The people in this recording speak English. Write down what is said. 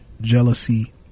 jealousy